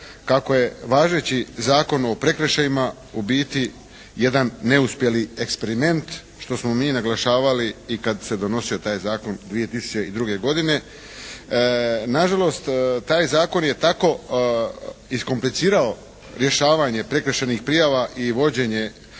kako je važeći Zakon o prekršajima u biti jedan neuspjeli eksperiment, što smo mi naglašavali i kad se je donosio taj zakon 2002. godine. Nažalost taj zakon je tako iskomplicirao rješavanje prekršajnih prijava i vođenje